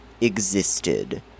existed